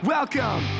Welcome